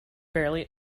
barely